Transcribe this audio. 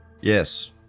Yes